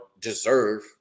deserve